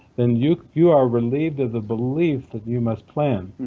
then you you are relieved of the belief that you must plan.